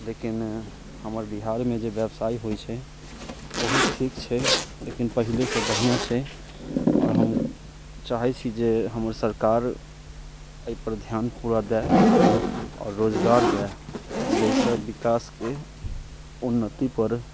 लेकिन हमर बिहारमे जे व्यवसाय होइत छै ओहो ठीक छै लेकिन पहिले से बढ़िआँ छै आओर हम चाहैत छी जे हमर सरकार एहि पर ध्यान पूरा दै आओर रोजगार दै जाहिसँ विकासके उन्नति पर